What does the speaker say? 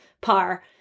par